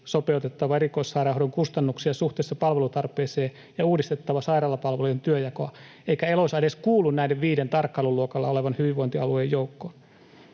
sopeutettava erikoissairaanhoidon kustannuksia suhteessa palvelutarpeeseen ja uudistettava sairaalapalvelujen työnjakoa, eikä Eloisa edes kuulu näiden viiden tarkkailuluokalla olevan hyvinvointialueen joukkoon.